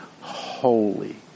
holy